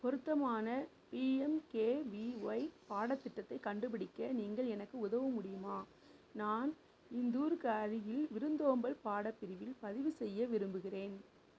பொருத்தமான பிஎம்கேவிஒய் பாடத்திட்டத்தைக் கண்டுபிடிக்க நீங்கள் எனக்கு உதவ முடியுமா நான் இந்தூருக்கு அருகில் விருந்தோம்பல் பாடப்பிரிவில் பதிவு செய்ய விரும்புகிறேன்